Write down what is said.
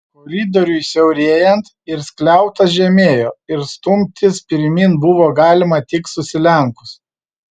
koridoriui siaurėjant ir skliautas žemėjo ir stumtis pirmyn buvo galima tik susilenkus